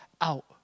out